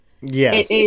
Yes